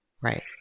Right